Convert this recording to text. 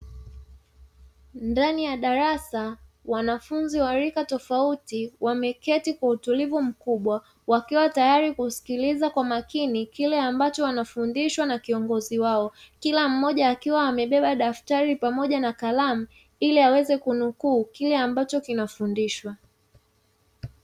Ndani ya darasa wanafunzi wa rika tofauti wameketi kwa utulivu mkubwa wakiwa tayari kumsikiliza kwa makini kile ambacho wanafundishwa na kiongozi wao. Kila mmoja akiwa amebeba daftari pamoja na kalamu ili aweze kunukuu kile ambacho kinafundishwa.